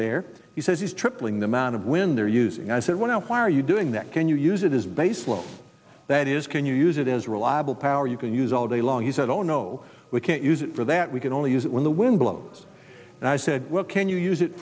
there he says he's tripling the amount of when they're using i said well why are you doing that can you use it is baseload that is can you use it as reliable power you can use all day long he said oh no we can't use it for that we can only use it when the wind blows and i said well can you use it